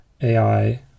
AI